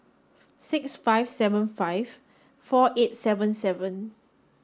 six five seven five four eight seven seven